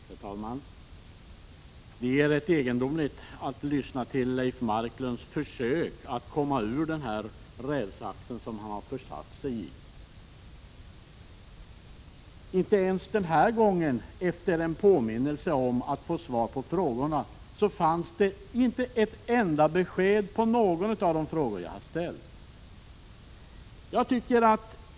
Herr talman! Det är rätt egendomligt att lyssna till Leif Marklunds försök att komma ur den rävsax han lyckats fastna i. Inte ens den här gången, efter en påminnelse, fanns det ett enda besked att få om de frågor jag har ställt.